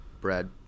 Brad